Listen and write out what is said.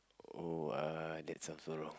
oh uh that sounds so wrong